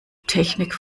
technik